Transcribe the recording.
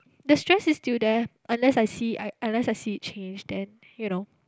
the stress is still there unless I see I unless I see a change then you know